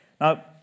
Now